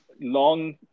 long